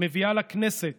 מביאה לכנסת